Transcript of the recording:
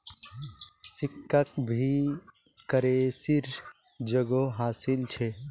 सिक्काक भी करेंसीर जोगोह हासिल छ